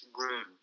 room